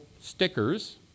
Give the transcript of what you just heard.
stickers